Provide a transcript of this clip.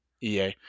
EA